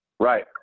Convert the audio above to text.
Right